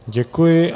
Děkuji.